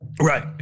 Right